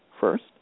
first